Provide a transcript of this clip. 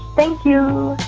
thank you